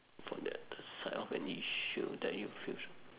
for that side of an issue that you feel